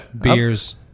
beers